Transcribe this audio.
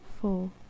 four